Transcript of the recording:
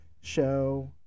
show